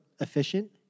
efficient